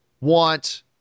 want